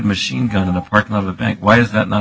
machine gun in the parking lot of a bank why is that not